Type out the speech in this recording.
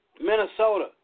Minnesota